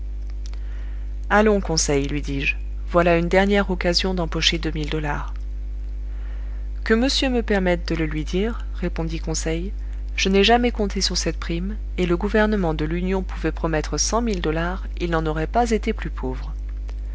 allons conseil lui dis-je voilà une dernière occasion d'empocher deux mille dollars que monsieur me permette de le lui dire répondit conseil je n'ai jamais compté sur cette prime et le gouvernement de l'union pouvait promettre cent mille dollars il n'en aurait pas été plus pauvre